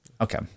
Okay